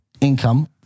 income